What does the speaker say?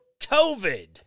COVID